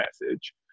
message